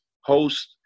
host